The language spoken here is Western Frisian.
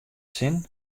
sin